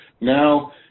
now